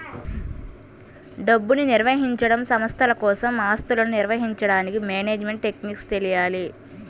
డబ్బుని నిర్వహించడం, సంస్థల కోసం ఆస్తులను నిర్వహించడానికి మేనేజ్మెంట్ టెక్నిక్స్ తెలియాలి